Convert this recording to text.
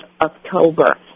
October